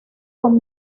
con